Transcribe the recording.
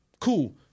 Cool